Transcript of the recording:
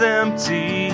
empty